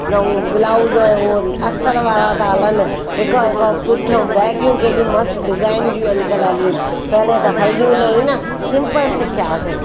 नओं ब्लाउज़ ओ अस्तर वारा ता हलनि हिकु हिकु पुठियों बैगियूं केॾी मस्त डिजाइन जूं अॼु कल्ह हलियूं आहिनि पहिले त हलंदियूं ई न हुयूं न सिंपल सिखिया हुआसीं